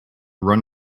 run